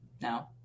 No